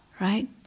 right